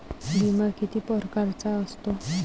बिमा किती परकारचा असतो?